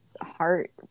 heart